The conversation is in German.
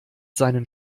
seinen